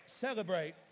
celebrate